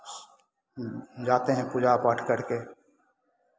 जाते हैं पूजा पाठ करके